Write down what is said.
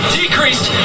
decreased